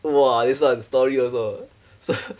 !wah! this one story also so